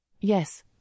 Yes